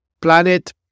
Planet